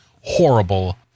horrible